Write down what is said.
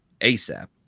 ASAP